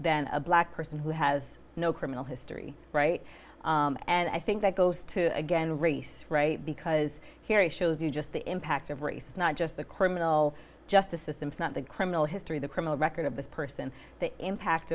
than a black person who has no criminal history and i think that goes to again race because here it shows you just the impact of race not just the criminal justice system not the criminal history the criminal record of this person the impact